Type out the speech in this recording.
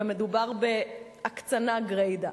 ומדובר בהקצנה גרידא.